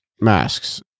masks